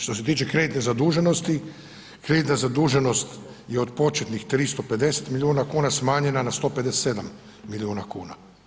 Što se tiče kreditne zaduženosti, kreditna zaduženost je od početnih 350 milijuna kuna smanjena na 157 milijuna kuna.